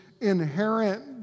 inherent